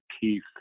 Keith